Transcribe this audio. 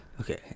okay